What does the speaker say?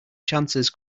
chances